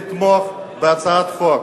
לתמוך בהצעת החוק.